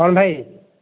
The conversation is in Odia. କ'ଣ ଭାଇ